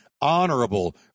honorable